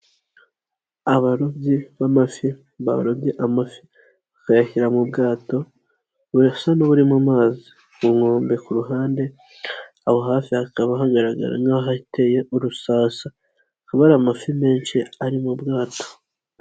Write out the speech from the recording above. Abarobyi b'amafi barobye amafi bakayashyira mu bwato burasa n'uburi mu mazi ku nkombe ku ruhande aho hafi hakaba hagaragara nk'ahateye urusasa hakaba hari amafi menshi ari mu bwato.